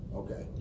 okay